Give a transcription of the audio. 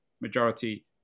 Majority